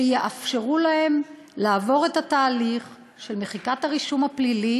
שיאפשרו להם לעבור את התהליך של מחיקת הרישום הפלילי